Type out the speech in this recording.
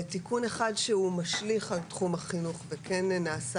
תיקון אחד שמשליך על תחום החינוך והוא נעשה